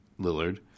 Lillard